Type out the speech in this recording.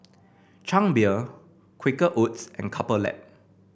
Chang Beer Quaker Oats and Couple Lab